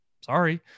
sorry